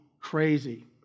crazy